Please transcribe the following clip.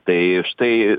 tai štai